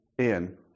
Ian